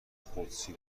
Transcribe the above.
قدسی